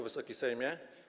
Wysoki Sejmie!